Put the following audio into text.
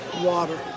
water